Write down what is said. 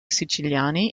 siciliani